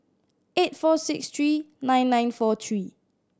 eight four six three nine nine four three